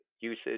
usage